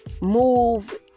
move